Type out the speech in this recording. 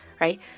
right